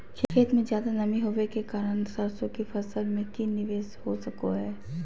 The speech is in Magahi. खेत में ज्यादा नमी होबे के कारण सरसों की फसल में की निवेस हो सको हय?